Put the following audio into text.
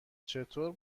چطور